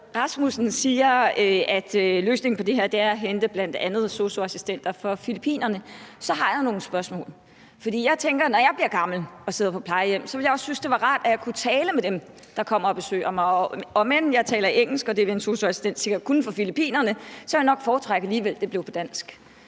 Rasmussen siger, at løsningen på det her er at hente bl.a. sosu-assistenter fra Filippinerne, har jeg nogle spørgsmål. For jeg tænker, at når jeg bliver gammel og sidder på plejehjem, ville jeg også synes, det var rart, at jeg kunne tale med dem, der kommer og besøger mig. Om end jeg taler engelsk, og det vil en sosu-assistent fra Filippinerne sikkert kunne, ville jeg nok alligevel foretrække, at det blev på dansk.